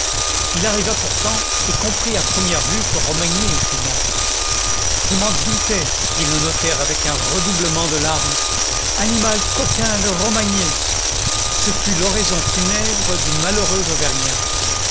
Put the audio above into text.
il arriva pourtant et comprit à première vue que romagné était mort je m'en doutais dit le notaire avec un redoublement de larmes animal coquin de roniagné content from google book search generated at ce fut l'oraison funèbre du malheureux auvergnat